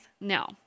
No